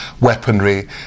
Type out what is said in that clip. weaponry